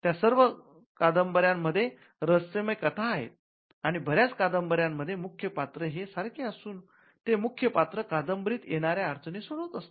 त्या सर्व कादंबऱ्यांमध्ये रहस्यमय कथा आहेत आणि बऱ्याच कादंबऱ्यांमध्ये मुख्य पात्र हे सारखे असून हे मुख्य पात्र कादंबरीत येणाऱ्या अडचणी सोडवत असते